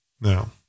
Now